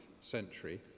century